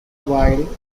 while